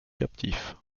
captifs